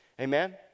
Amen